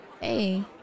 Hey